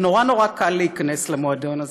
ונורא נורא קל להיכנס למועדון הזה.